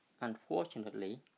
unfortunately